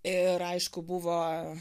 ir aišku buvo